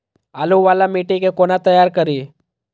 बालू वाला मिट्टी के कोना तैयार करी?